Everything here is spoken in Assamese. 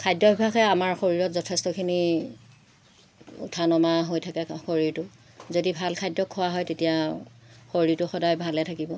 খাদ্যভ্যাসে আমাৰ শৰীৰত যথেষ্টখিনি উঠা নমা হৈ থাকে শৰীৰটো যদি ভাল খাদ্য খোৱা হয় তেতিয়া শৰীৰটো সদায় ভালে থাকিব